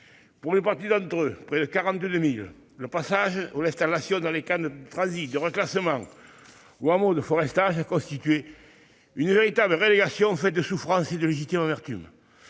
Pour une partie d'entre eux, près de 42 000, le passage ou l'installation dans des camps de transit et de reclassement ou des hameaux de forestage a constitué une véritable relégation faite de souffrances et de légitime amertume.